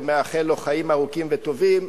ואני מאחל לו חיים ארוכים וטובים,